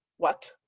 what